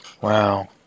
Wow